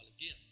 again